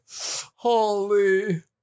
Holy